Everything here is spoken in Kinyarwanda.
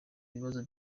ibibazo